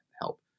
help